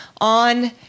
on